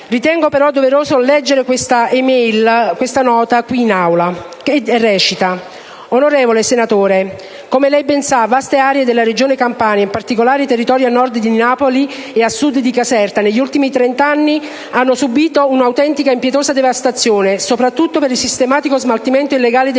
ritengo però doveroso leggere questa nota qui in Aula: «Onorevole senatore, come lei ben sa, vaste aree della Regione Campania, in particolare i territori a nord di Napoli e a sud di Caserta, negli ultimi trent'anni hanno subito un'autentica, impietosa devastazione, soprattutto per il sistematico smaltimento illegale di